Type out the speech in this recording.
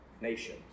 nation